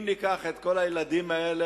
אם ניקח את כל הילדים האלה,